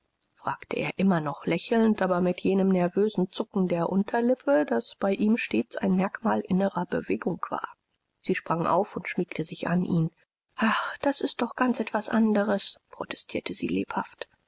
fragte er immer noch lächelnd aber mit jenem nervösen zucken der unterlippe das bei ihm stets ein merkmal innerer bewegung war sie sprang auf und schmiegte sich an ihn ach das ist doch ganz etwas anderes protestierte sie lebhaft